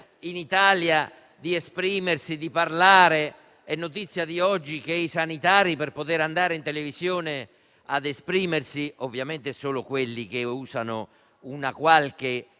in Italia di esprimersi. È notizia di oggi che i sanitari, per poter andare in televisione a esprimersi - ovviamente mi riferisco solo a quelli che usano una qualche